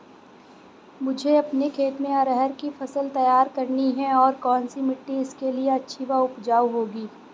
मुझे अपने खेत में अरहर की फसल तैयार करनी है और कौन सी मिट्टी इसके लिए अच्छी व उपजाऊ होगी?